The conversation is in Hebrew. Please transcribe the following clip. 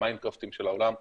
המיינדקראפטים של העולם ותזכרו,